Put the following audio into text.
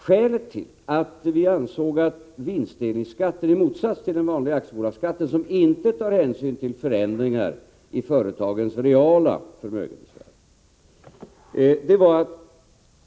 Skälet till att vi ansåg att vinstdelningsskatten i motsats till den vanliga aktiebolagsskatten, som inte tar hänsyn till förändringar i företagens reala förmögenhetsvärden, skulle ha denna utformning var följande.